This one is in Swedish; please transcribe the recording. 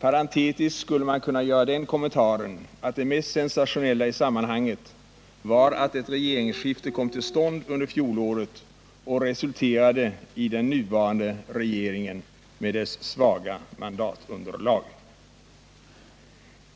Parentetiskt skulle man kunna göra den kommentaren att det mest sensationella i sammanhanget var att ett regeringsskifte kom till stånd under fjolåret och resulterade i den nuvarande regeringen med dess svaga mandatunderlag.